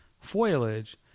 foliage